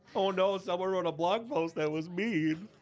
oh no, someone wrote a blog post that was mean.